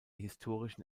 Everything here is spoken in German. historischen